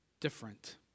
different